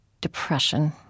depression